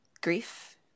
grief